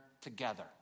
together